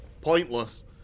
pointless